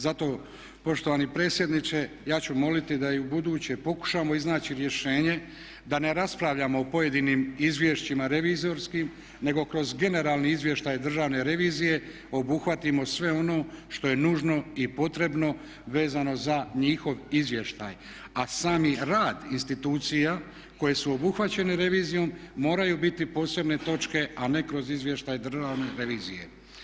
Zato poštovani predsjedniče ja ću moliti da i ubuduće pokušamo iznaći rješenje da ne raspravljamo o pojedinim izvješćima revizorskim nego kroz generalni izvještaj Državne revizije obuhvatimo sve ono što je nužno i potrebno vezano za njihov izvještaj, a sami rad institucija koje su obuhvaćene revizijom moraju biti posebne točke a ne kroz izvještaj Državne revizije.